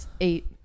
eight